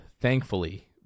thankfully